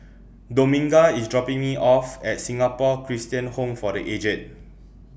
Dominga IS dropping Me off At Singapore Christian Home For The Aged